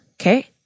Okay